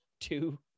two